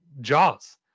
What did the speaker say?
jaws